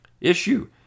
issue